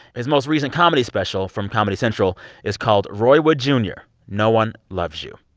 his most recent comedy special from comedy central is called roy wood jr. no one loves you.